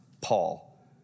Paul